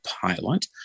pilot